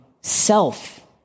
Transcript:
self